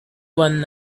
one